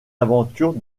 aventures